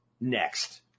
next